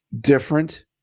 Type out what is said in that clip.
different